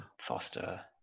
Foster